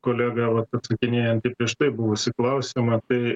kolegą vat atsakinėjantį į prieš tai buvusį klausimą tai